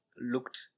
looked